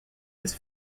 his